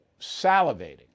salivating